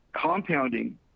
Compounding